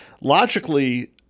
logically